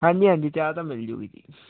ਹਾਂਜੀ ਹਾਂਜੀ ਚਾਹ ਤਾਂ ਮਿਲਜੂਗੀ ਜੀ